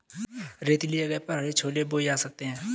रेतीले जगह पर हरे छोले बोए जा सकते हैं